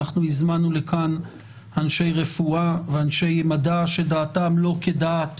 הזמנו אנשי רפואה ואנשי מדע שדעתם לא כדעת